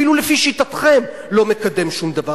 אפילו לפי שיטתכם לא מקדם שום דבר,